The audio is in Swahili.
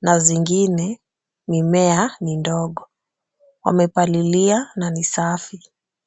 na zingine mimea midogo. Wamepalilia na ni safi.